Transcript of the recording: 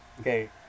okay